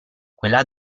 quella